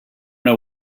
know